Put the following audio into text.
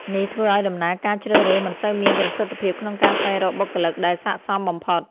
នេះធ្វើឲ្យដំណើរការជ្រើសរើសមិនសូវមានប្រសិទ្ធភាពក្នុងការស្វែងរកបុគ្គលិកដែលស័ក្តិសមបំផុត។